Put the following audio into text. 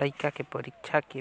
लइका के परीक्षा के